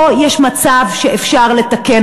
פה יש מצב שאפשר לתקן.